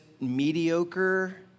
mediocre